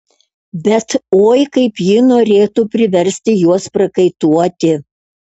bet oi kaip ji norėtų priversti juos prakaituoti